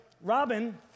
Robin